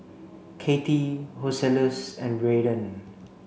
Katie Joseluis and Raiden